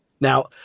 Now